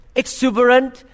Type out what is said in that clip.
exuberant